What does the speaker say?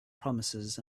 promises